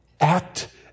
act